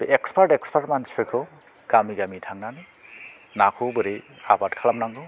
बे expert expert मानसिफोरखौ गामि गामि थांनानै नाखौ बोरै आबाद खालामनांगौ